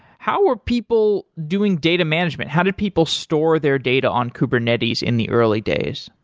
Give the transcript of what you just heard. how were people doing data management? how did people store their data on kubernetes in the early days?